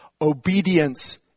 Obedience